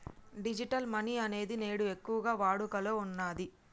digital money అనేది నేడు ఎక్కువగా వాడుకలో ఉన్నది